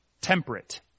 temperate